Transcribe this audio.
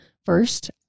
first